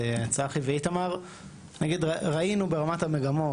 גם פריפריה, גם יוצאי אתיופיה, אנשים עם מוגבלות.